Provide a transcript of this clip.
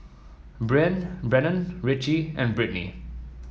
Brennen Richie and Brittnee